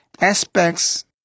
aspects